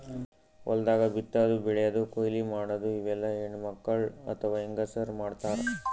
ಹೊಲ್ದಾಗ ಬಿತ್ತಾದು ಬೆಳ್ಯಾದು ಕೊಯ್ಲಿ ಮಾಡದು ಇವೆಲ್ಲ ಹೆಣ್ಣ್ಮಕ್ಕಳ್ ಅಥವಾ ಹೆಂಗಸರ್ ಮಾಡ್ತಾರ್